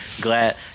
glad